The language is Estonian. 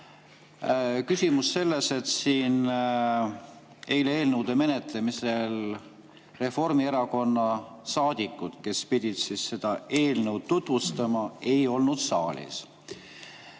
Küsimus on selles, et siin eile eelnõude menetlemisel Reformierakonna saadikuid, kes pidid seda eelnõu tutvustama, ei olnud saalis.